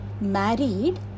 married